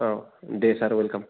औ दे सार वेलकाम